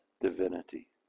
divinity